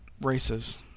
races